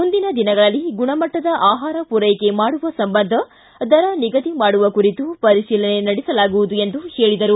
ಮುಂದಿನ ದಿನಗಳಲ್ಲಿ ಗುಣಮಟ್ಪದ ಆಹಾರ ಪೂರೈಕೆ ಮಾಡುವ ಸಂಬಂಧ ದರ ನಿಗದಿ ಮಾಡುವ ಕುರಿತು ಪರಿಶೀಲನೆ ನಡೆಸಲಾಗುವುದು ಎಂದು ಹೇಳಿದರು